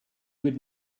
would